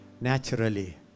Naturally